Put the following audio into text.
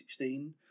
2016